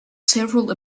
several